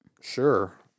Sure